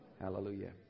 Hallelujah